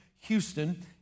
Houston